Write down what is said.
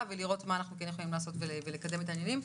ולראות מה אנחנו כן יכולים לעשות כדי לקדם את העניינים.